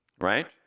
right